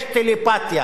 יש טלפתיה.